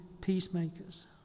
peacemakers